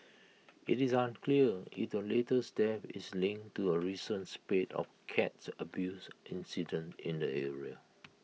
IT is unclear IT latest death is link to A recent spate of cats abuse incidents in the area